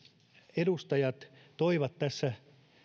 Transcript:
edustajat toivat tässä